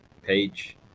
page